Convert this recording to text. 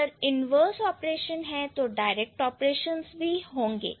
अगर inverse operation है तो डायरेक्ट ऑपरेशंस भी होंगे